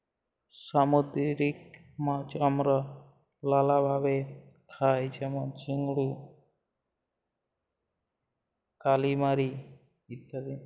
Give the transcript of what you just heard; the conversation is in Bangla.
সামুদ্দিরিক মাছ আমরা লালাভাবে খাই যেমল চিংড়ি, কালিমারি ইত্যাদি